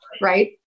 right